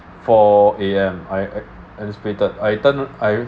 four A_M I I I anticipated I turn I